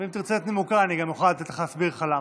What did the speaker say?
אם תרצה את נימוקיי אני אוכל להסביר לך למה.